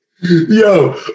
Yo